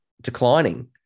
declining